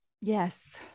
yes